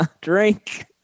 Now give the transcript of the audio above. drink